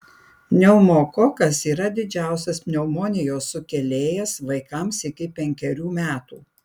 pneumokokas yra dažniausias pneumonijos sukėlėjas vaikams iki penkerių metų